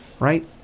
Right